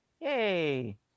Yay